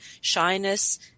shyness